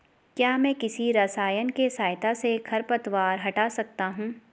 क्या मैं किसी रसायन के सहायता से खरपतवार हटा सकता हूँ?